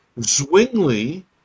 Zwingli